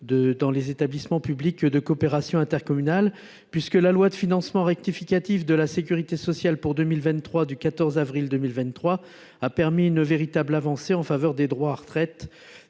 d’un établissement public de coopération intercommunale (EPCI). La loi de financement rectificative de la sécurité sociale d’avril 2023 a permis une véritable avancée en faveur des droits à retraite